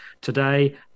today